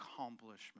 accomplishment